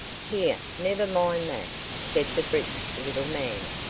here, never mind that, said the brisk little man.